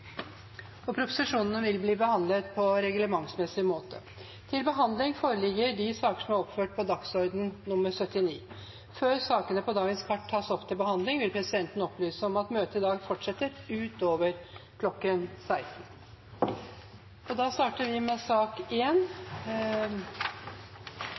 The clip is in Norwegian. møte. Proposisjonene vil bli behandlet på reglementsmessig måte. Før sakene på dagens kart tas opp til behandling, vil presidenten opplyse om at møtet i dag fortsetter ut over kl. 16. Etter ønske fra finanskomiteen vil presidenten ordne debatten slik: 3 minutter til hver partigruppe og